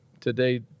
today